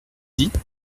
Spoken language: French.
dit